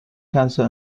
cancer